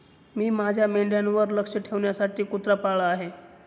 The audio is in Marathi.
मी माझ्या मेंढ्यांवर लक्ष ठेवण्यासाठी कुत्रा पाळला आहे